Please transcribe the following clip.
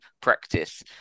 practice